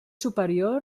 superior